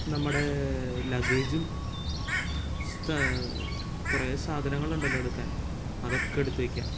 നമ്മുടെ ലഗ്ഗേജും സ്ഥാ കുറേ സാധനങ്ങളും ഉണ്ടല്ലോ എടുക്കാൻ അതൊക്കെ എടുത്തുവയ്ക്കാം